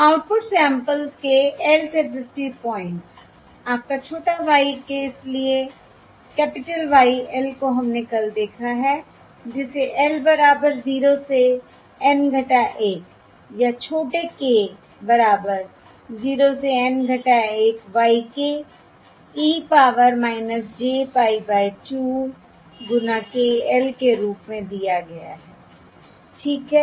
output samples के lth FFT points आपका छोटा y k इसलिए कैपिटल Y l को हमने कल देखा है जिसे l बराबर 0 से N 1 या छोटे k बराबर 0 से N - 1 y k e power j pie by 2 गुना k l के रूप में दिया गया है ठीक है